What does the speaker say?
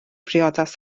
briodas